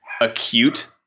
acute